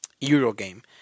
Eurogame